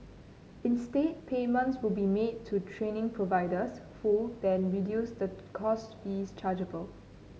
instead payments will be made to training providers who then reduce the course fees chargeable